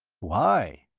why?